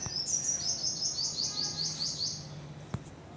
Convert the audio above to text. इस बार केरल जाऊंगा तो अच्छी क्वालिटी के काजू लाऊंगा